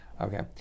Okay